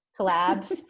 collabs